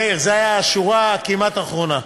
מאיר, זו השורה הכמעט אחרונה: